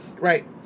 Right